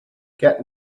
get